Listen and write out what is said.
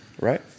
Right